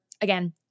again